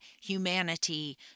humanity